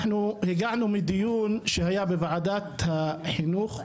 אנחנו הגענו בדיון שהיה בוועדת החינוך,